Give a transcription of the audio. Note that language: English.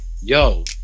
yo